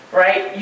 right